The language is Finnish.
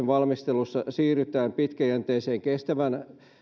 valmistelussa siirrytään pitkäjänteiseen kestävään